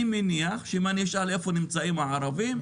ואני מניח שאם אני אשאל איפה נמצאים הערבים,